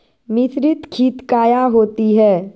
मिसरीत खित काया होती है?